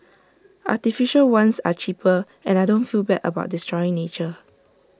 artificial ones are cheaper and I don't feel bad about destroying nature